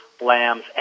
lambs